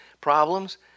problems